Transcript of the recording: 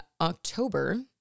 October